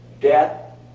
Death